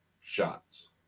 shots